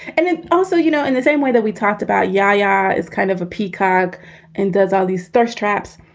and and also, you know, in the same way that we talked about ya-ya is kind of a p kaag and does all these starch traps.